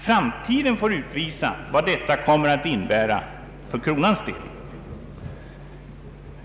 Framtiden får utvisa vad detta kommer att innebära för kronans del.